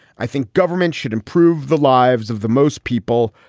i think government should improve the lives of the most people,